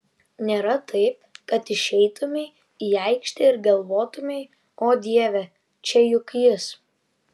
nėra taip kad išeitumei į aikštę ir galvotumei o dieve čia juk jis